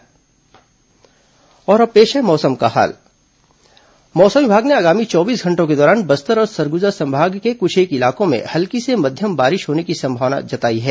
मौसम और अब पेश है मौसम का हाल मौसम विभाग ने आगामी चौबीस घंटों के दौरान बस्तर और सरगुजा संभाग के कुछेक इलाकों में हल्की से मध्यम बारिश होने की संभावना व्यक्त की है